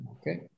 Okay